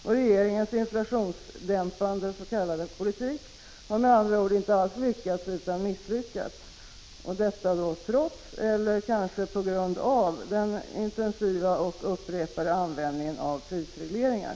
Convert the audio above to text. Regeringens s.k. inflationsdämpande politik har med andra ord inte lyckats utan misslyckats, detta trots eller kanske på grund av den intensiva och upprepade användningen av prisregleringar.